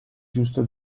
giusto